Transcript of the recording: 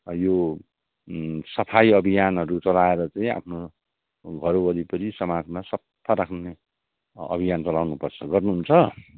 यो सफाइ अभियानहरू चलाएर चाहिँ आफ्नो घर वरिपरि समाजमा सफा राख्नु नै अभियान चलाउनु पर्छ गर्नुहुन्छ